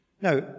Now